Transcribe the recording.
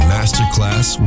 Masterclass